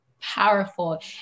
Powerful